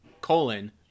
colon